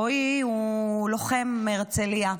רועי הוא לוחם מהרצליה,